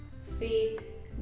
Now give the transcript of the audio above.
faith